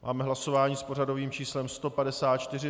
Máme hlasování s pořadovým číslem 154.